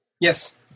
Yes